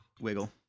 Wiggle